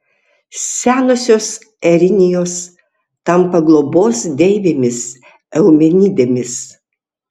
senosios erinijos tampa globos deivėmis eumenidėmis